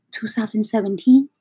2017